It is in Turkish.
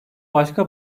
başka